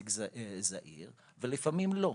זעיר ולפעמים לא.